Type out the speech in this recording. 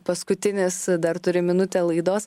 paskutinis dar turim minutę laidos